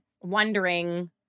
wondering